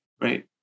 right